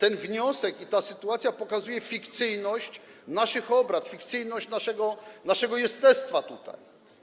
Ten wniosek i ta sytuacja pokazują fikcyjność naszych obrad, fikcyjność naszego jestestwa tutaj.